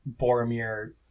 Boromir